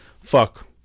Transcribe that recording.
Fuck